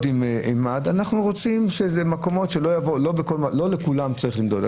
אנחנו רוצים להגיד שלא לכולם ימדדו.